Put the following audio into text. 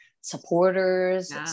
supporters